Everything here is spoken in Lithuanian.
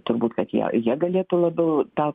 turbūt kad jei jie galėtų labiau tą